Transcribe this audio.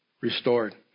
restored